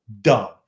Dumb